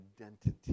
identity